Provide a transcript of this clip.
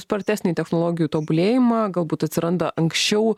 spartesnį technologijų tobulėjimą galbūt atsiranda anksčiau